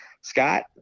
Scott